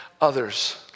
Others